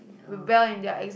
okay